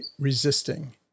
resisting